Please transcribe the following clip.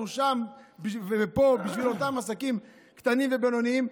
אנחנו שם ופה בשביל אותם עסקים קטנים ובינוניים,